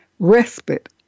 respite